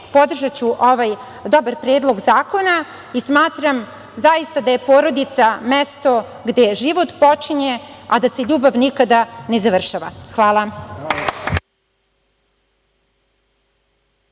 podržaću ovaj dobar predlog zakona. Smatram zaista da je porodica mesto gde život počinje, a gde se ljubav nikad ne završava. Hvala.